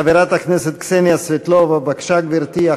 חברת הכנסת קסניה סבטלובה, בבקשה, גברתי.